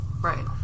Right